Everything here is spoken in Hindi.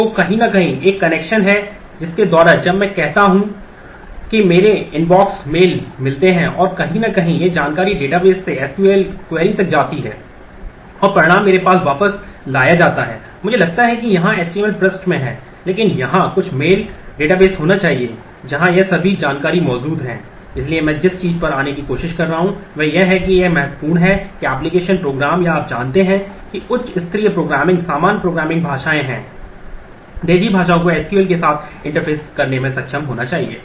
तो कहीं न कहीं एक कनेक्शन है जिसके द्वारा जब मैं कहता हूं कि मेरे इनबॉक्स मेल मिलते हैं और कहीं न कहीं यह जानकारी डेटाबेस से एसक्यूएल के साथ इंटरफेस करने में सक्षम होना चाहिए